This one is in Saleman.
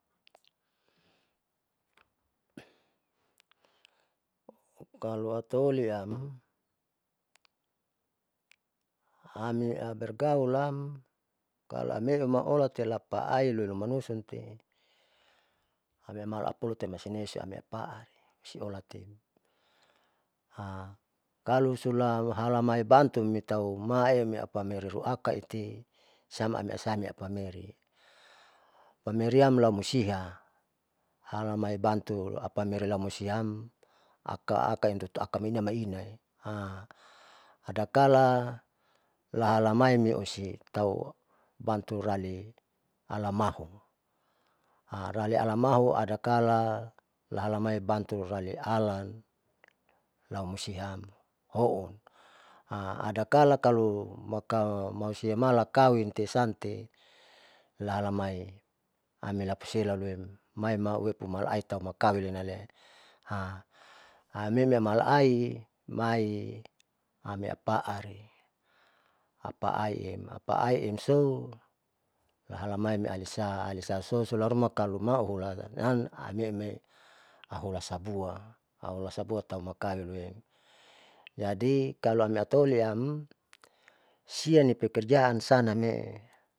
Kalo ataoliam ami abergaulam kalamemang aolatilapaai lomanusa loite aloima apulu loisinei siamne mapaat husiolati kalosula auhalami bantuimei tauma iniampameri ruakaite sami asami imerie pameriam laumusiha halamai bantu pamerilamusiaham akaka intutuaka loinian maina, adakala lahalamai niosi tahu bantu rali alamau rali alamahu poadakala lahalamai bantu rali nialan laumusiham houn, adakala kalu maka mausiamala kawinte sante lahalamai amilapusela loiem maimaueu malaaitam maukawinlenam hamemi mala aimai amiapaari apaaiem apa aiem so nahalamaiem alisa alisaso suharuma pokaloma hulan lean hameu auhula sabua, ahulasabua lamangkali jadi kalo amniataoliam sianipekerjaan sanamee.